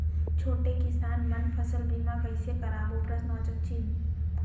छोटे किसान मन फसल बीमा कइसे कराबो?